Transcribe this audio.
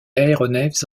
aéronefs